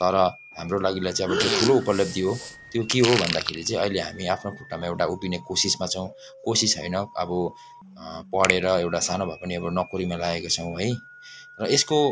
तर हाम्रो लागिलाई चाहिँ अब ठुलो उपलब्धि हो त्यो के हो भन्दाखेरि चाहिँ अहिले हामी आफ्नो खुट्टामा एउटा उभिने कोसिसमा छौँ कोसिस होइन अब पढेर एउटा सानो भए पनि अब नोकरीमा लागेका छौँ है र यसको